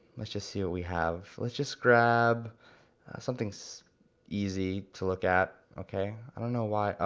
let's just see what we have, let's just grab something so easy to look at, okay. i don't know why,